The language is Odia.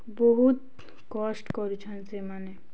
ବହୁତ୍ କଷ୍ଟ୍ କରୁଛନ୍ ସେମାନେ